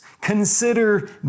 Consider